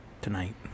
tonight